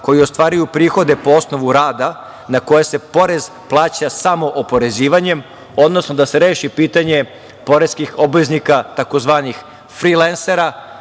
koji ostvaruju prihode po osnovu rada na koje se porez plaća samo oporezivanjem, odnosno da se reši pitanje poreskih obveznika, takozvanih frilensera.